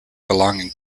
belonging